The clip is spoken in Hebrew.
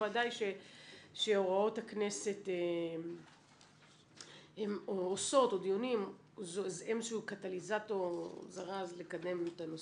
ודאי שהוראות הכנסת או דיונים הם איזשהו זרז לקדם את הנושא.